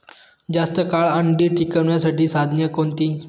जास्त काळ अंडी टिकवण्यासाठी साधने कोणती?